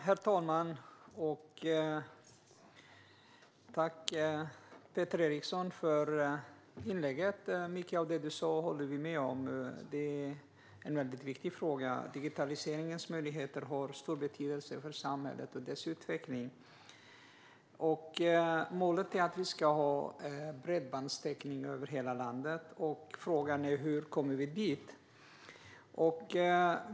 Herr talman! Tack för inlägget, Peter Eriksson! Mycket av det du sa håller vi med om. Detta är en väldigt viktig fråga. Digitaliseringens möjligheter har stor betydelse för samhället och dess utveckling. Målet är att vi ska ha bredbandstäckning över hela landet, och frågan är hur vi kommer dit.